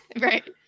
Right